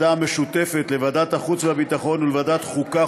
המשותפת לוועדת החוץ והביטחון ולוועדת חוקה,